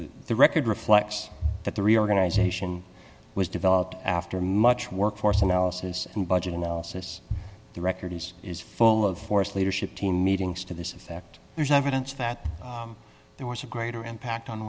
the record reflects that the reorganization was developed after much work force analysis and budget analysis the record is full of force leadership team meetings to this effect there's no evidence that there was a greater impact on